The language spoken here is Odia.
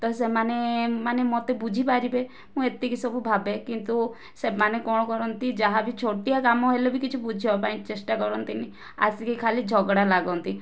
ତ ସେମାନେ ମାନେ ମୋତେ ବୁଝିପାରିବେ ମୁଁ ଏତିକି ସବୁ ଭାବେ କିନ୍ତୁ ସେମାନେ କ'ଣ କରନ୍ତି ଯାହା ବି ଛୋଟିଆ କାମ ହେଲେ ବି କିଛି ବୁଝିବା ପାଇଁ ଚେଷ୍ଟା କରନ୍ତିନାହିଁ ଆସିକି ଖାଲି ଝଗଡ଼ା ଲାଗନ୍ତି